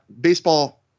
baseball